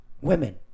Women